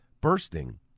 bursting